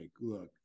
look